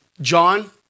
John